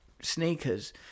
sneakers